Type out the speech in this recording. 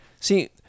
See